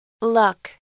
luck